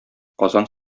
казан